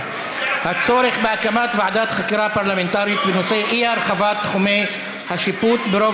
הצעה להקמת ועדת חקירה פרלמנטרית בנושא: אי-הרחבת תחומי השיפוט ברוב